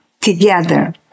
together